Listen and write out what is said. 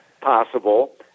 possible